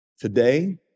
Today